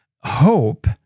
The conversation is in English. Hope